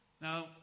Now